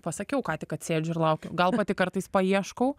pasakiau ką tik kad sėdžiu ir laukiu gal pati kartais paieškau